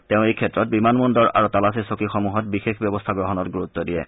তেওঁ এই ক্ষেত্ৰত বিমান বন্দৰ আৰু তালাচী চকীসমূহত বিশেষ ব্যৱস্থা গ্ৰহণ গুৰুত্ব দিয়ে